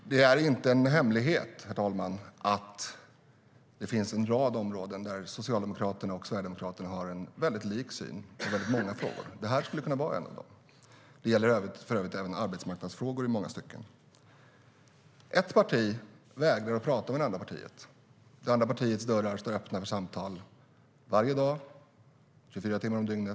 Herr talman! Det är inte en hemlighet att det finns en rad områden där Socialdemokraterna och Sverigedemokraterna har en väldigt likartad syn på många frågor. Det här skulle kunna vara ett av dem. Det gäller för övrigt även arbetsmarknadsfrågor i många stycken. Ett parti vägrar att tala med det andra partiet. Det andra partiets dörrar står öppna för samtal varje dag, 24 timmar om dygnet.